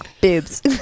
boobs